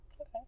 Okay